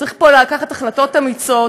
צריך לקחת החלטות אמיצות,